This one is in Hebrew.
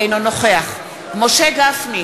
אינו נוכח משה גפני,